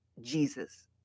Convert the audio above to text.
Jesus